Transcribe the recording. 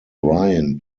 ryan